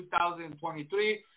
2023